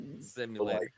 simulator